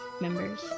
members